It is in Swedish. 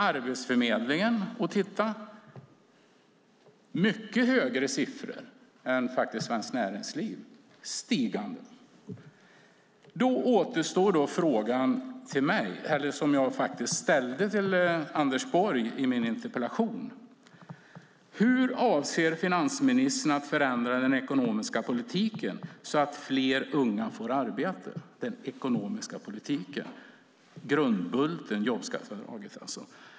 Arbetsförmedlingen visar mycket högre siffror än Svenskt Näringsliv. Nivån är stigande. Då återstår de frågor jag ställde till Anders Borg i min interpellation: Hur avser finansministern att förändra den ekonomiska politiken så att fler unga får arbete - grundbulten i jobbskatteavdraget?